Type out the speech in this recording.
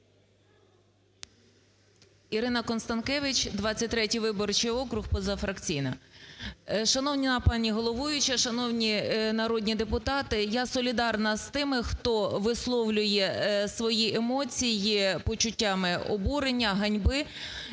ІринаКонстанкевич, 23 виборчий округ, позафракційна. Шановна пані головуюча, шановні народні депутати! Я солідарна з тими, хто висловлює свої емоції почуттями обурення, ганьби.